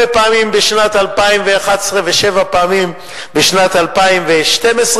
פעמים בשנת 2011 ושבע פעמים בשנת 2012,